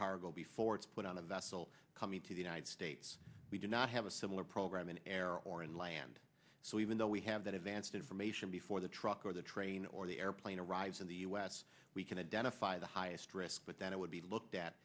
cargo before it's put on a vessel coming to the united states we do not have a similar program in air or inland so even though we have that advanced information before the truck or the train or the airplane arrives in the u s we can identify the highest risk but then it would be looked at